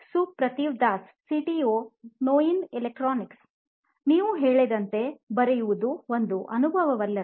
ಸುಪ್ರತಿವ್ Das C T O ನೋಯಿನ್ electronics ನೀವು ಹೇಳಿದಂತೆ ಬರೆಯುವುದು ಒಂದು ಅನುಭವವಲ್ಲವೇ